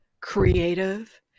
creative